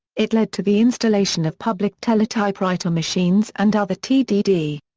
it led to the installation of public teletypewriter machines and other tdd.